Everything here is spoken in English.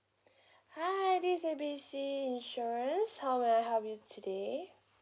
hi this is A B C insurance how may I help you today